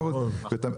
50 אחוזים,